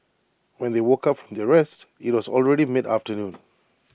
when they woke up from their rest IT was already mid afternoon